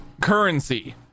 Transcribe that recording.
currency